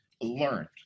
learned